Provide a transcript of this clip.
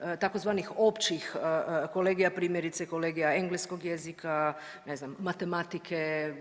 tzv. općih kolegija, primjerice kolegija engleskog jezika, ne znam, matematike